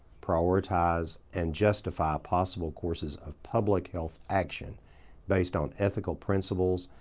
prioritize and justify possible courses of public health action based on ethical principles,